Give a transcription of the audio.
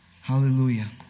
Hallelujah